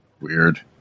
Weird